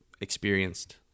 experienced